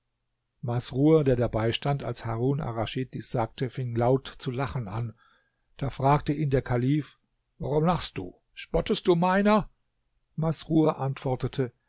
masrur der dabeistand als harun arraschid dies sagte fing laut zu lachen an da fragte ihn der kalif warum lachst du spottest du meiner masrur antwortete